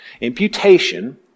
Imputation